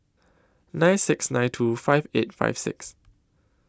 nine six nine two five eight five six